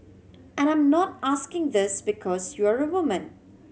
and I'm not asking this because you're a woman